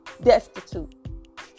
destitute